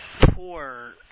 poor